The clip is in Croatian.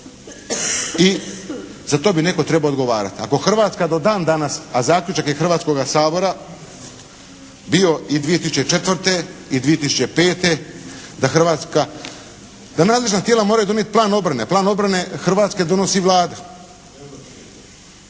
I za to bi netko trebao odgovarati. Ako Hrvatska do dan danas, a zaključak je Hrvatskoga sabora bio i 2004. i 2005. da Hrvatska, da nadležna tijela moraju donijeti plan obrane. Plan obrane Hrvatske donosi Vlada.